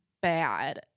bad